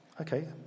Okay